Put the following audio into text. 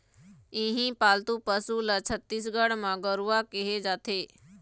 इहीं पालतू पशु ल छत्तीसगढ़ म गरूवा केहे जाथे